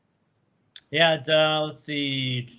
yeah. let's see.